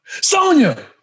Sonia